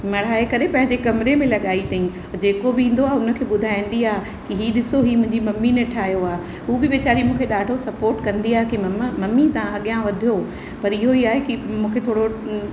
मढ़ाए करे पंहिंजे कमरे में लॻाई अथईं और जेको बि ईंदो आहे हुनखे ॿुधाईंदी आहे की हीअ ॾिसो हीअ मुंहिंजी मम्मी ने ठाहियो आहे हू बि वेचारी मूंखे ॾाढो सपोर्ट कंदी आहे की मम्मा मम्मी तव्हां अॻियां वधो पर इहेई आहे की मूंखे थोरो